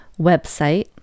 website